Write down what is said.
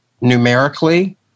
numerically